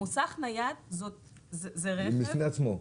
מוסך נייד הוא רכב בפני עצמו.